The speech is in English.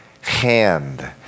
hand